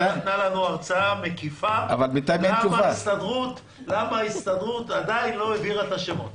היא נתנה לנו הרצאה מקיפה למה ההסתדרות עדיין לא העבירה את השמות.